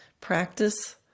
Practice